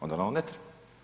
Onda vam ne treba.